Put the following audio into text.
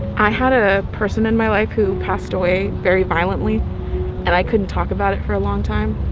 i had a person in my life who passed away very violently and i couldn't talk about it for a long time.